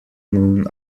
moon